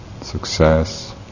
success